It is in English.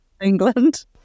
england